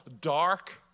dark